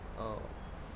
uh